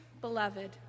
beloved